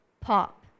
pop